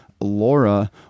Laura